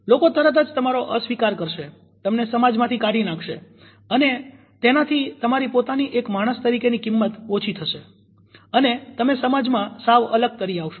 લોકો તરત જ તમારો અસ્વીકાર કરશે તમને સમાજ માંથી કાઢી નાખશે અને તેનાથી તમારી પોતાની એક માણસ તરીકે ની કિંમત ઓછી થશે અને તમે સમાજમાં સાવ અલગ તરી આવશો